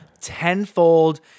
tenfold